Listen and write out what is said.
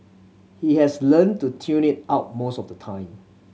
he has learnt to tune it out most of the time